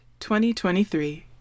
2023